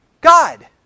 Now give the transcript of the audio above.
God